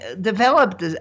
developed